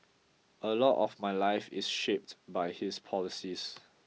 a lot of my life is shaped by his policies